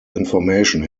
information